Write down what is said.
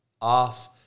off